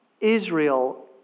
Israel